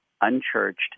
unchurched